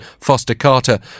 Foster-Carter